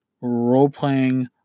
role-playing